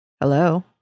Hello